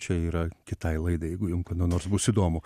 čia yra kitai laidai jeigu jum kada nors bus įdomu